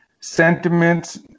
sentiments